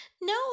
No